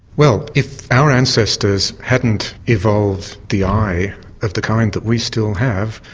well, if our ancestors hadn't evolved the eye of the kind that we still have,